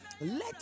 let